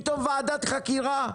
פתאום ועדת חקירה,